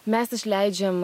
mes išleidžiam